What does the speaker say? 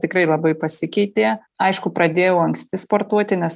tikrai labai pasikeitė aišku pradėjau anksti sportuoti nes